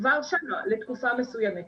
כבר שם לתקופה מסוימת.